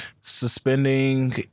suspending